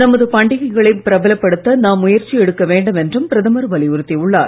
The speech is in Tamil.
நமது பண்டிகைகளை பிரபலப்படுத்த நாம் முயற்சி எடுக்க வேண்டும் என்றும் பிரதமர் வலியுறுத்தி உள்ளார்